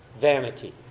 vanity